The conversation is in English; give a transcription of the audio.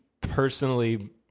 personally